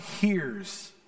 hears